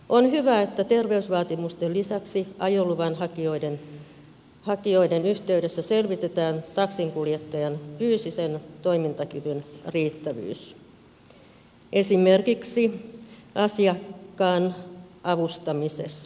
on hyvä että terveysvaatimusten lisäksi ajoluvan hakijoiden yhteydessä selvitetään taksinkuljettajan fyysisen toimintakyvyn riittävyys esimerkiksi asiakkaan avustamisessa